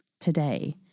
today